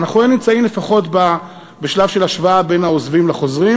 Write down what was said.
אנחנו לא נמצאים לפחות בשלב של השוואה בין העוזבים לחוזרים.